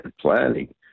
planning